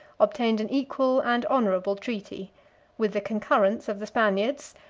obtained an equal and honorable treaty with the concurrence of the spaniards,